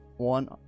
One